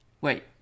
Wait